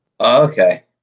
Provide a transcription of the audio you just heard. Okay